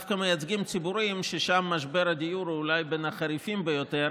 דווקא מייצגים ציבורים ששם משבר הדיור הוא אולי בין החריפים ביותר,